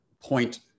point